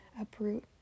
uproot